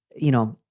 you know,